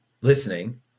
listening